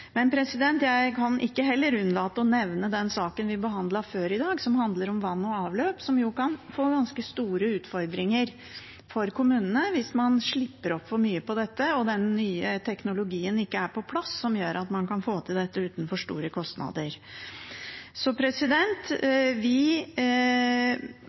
Jeg kan heller ikke unnlate å nevne den saken vi behandlet før i dag, som handler om vann og avløp, som jo kan gi ganske store utfordringer for kommunene hvis man slipper opp for mye på dette og den nye teknologien som gjør at man kan få til dette uten for store kostnader, ikke er på plass. Så